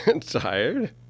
Tired